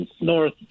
north